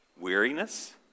weariness